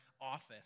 office